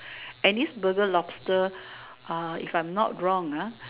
and this Burger lobster uh if I am not wrong ah